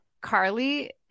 Carly